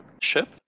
ship